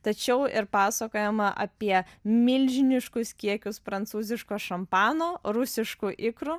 tačiau ir pasakojama apie milžiniškus kiekius prancūziško šampano rusiškų ikrų